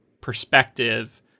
perspective